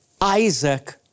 Isaac